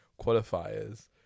qualifiers